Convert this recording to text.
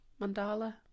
Mandala